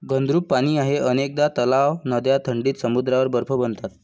घनरूप पाणी आहे अनेकदा तलाव, नद्या थंडीत समुद्रावर बर्फ बनतात